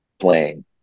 playing